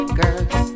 girls